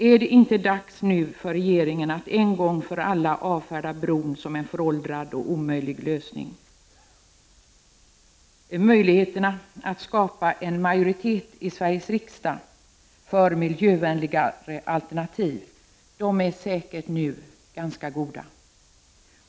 Är det inte dags nu för regeringen att en gång för alla avfärda bron som en föråldrad och omöjlig lösning? Möjligheterna att skapa en majoritet i Sveriges riksdag för miljövänliga alternativ är säkert nu ganska goda.